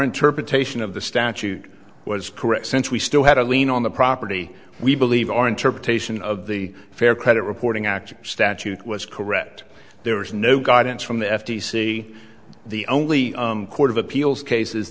interpretation of the statute was correct since we still had a lien on the property we believe our interpretation of the fair credit reporting act statute was correct there was no guidance from the f t c the only court of appeals case